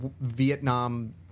Vietnam